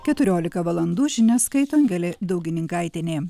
keturiolika valandų žinias skaito angelė daugininkaitienė